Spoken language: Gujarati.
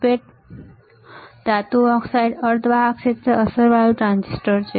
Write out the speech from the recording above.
MOSFET એ ધાતુ ઓક્સાઇડ અર્ધવાહક ક્ષેત્ર અસરવાળુ ટ્રાન્ઝિસ્ટર છે